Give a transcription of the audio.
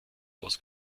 aus